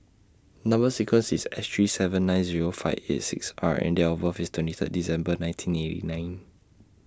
Number sequence IS S three seven nine Zero five eight six R and Date of birth IS twenty Third December nineteen eighty nine